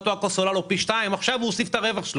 הכוס עולה לו פי שניים והוא מוסיף את הרווח.